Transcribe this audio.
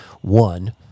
One